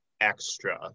extra